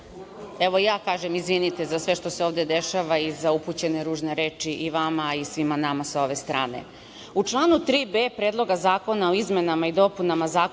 evo, ja kažem – izvinite za sve što se ovde dešava i za upućene ružne reči i vama i svima nama sa ove strane.U